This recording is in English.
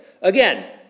Again